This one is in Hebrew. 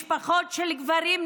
משפחות של גברים,